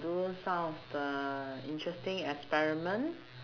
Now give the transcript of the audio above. do some of the interesting experiment